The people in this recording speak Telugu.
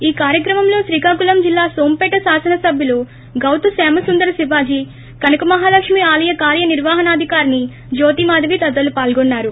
ఈ కార్యక్రమంలో శ్రీకాకుళం జిల్లా నోంపేట శాసనసభ్యులు గౌతు శ్యామ సుందర శివాజీ కనకమహలక్ష్మి ఆలయ కర్యనిర్యహనాదికారిణి జ్యోతి మాధవి తదితరులు పాల్గొన్నారు